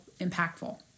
impactful